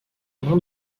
main